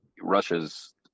Russia's